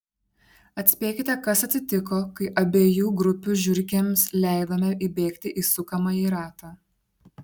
atspėkite kas atsitiko kai abiejų grupių žiurkėms leidome įbėgti į sukamąjį ratą